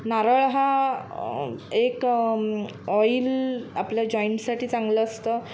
नारळ हा एक ऑइल आपल्या जॉईंटसाठी चांगलं असतं